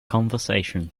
conversation